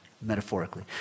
metaphorically